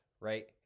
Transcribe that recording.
right